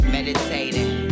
Meditating